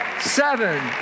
seven